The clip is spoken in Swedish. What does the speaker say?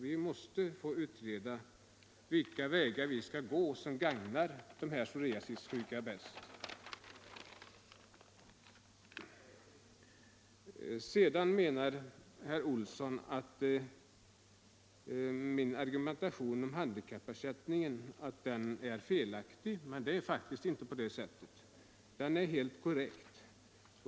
Vi måste utreda vilka lösningar som bäst gagnar de psoriasissjuka. Herr Olsson i Stockholm menar att min argumentation om handikappersättningen är felaktig, men det är den faktiskt inte. Den är helt korrekt.